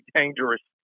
dangerous